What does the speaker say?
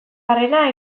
barrena